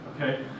okay